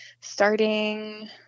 starting